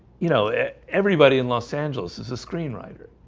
you know everybody in los angeles is a screenwriter,